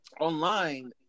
online